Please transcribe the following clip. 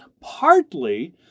partly